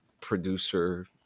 producer